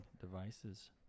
devices